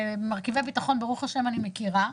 ומרכיבי ביטחון ברוך השם אני מכירה,